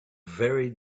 very